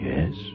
Yes